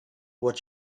what